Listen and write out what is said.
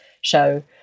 show